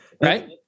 Right